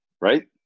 right